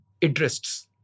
interests